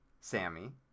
Sammy